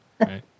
Right